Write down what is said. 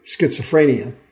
schizophrenia